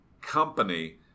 company